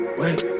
wait